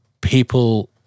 people